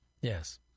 Yes